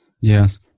Yes